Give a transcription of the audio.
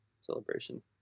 Celebration